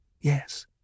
yes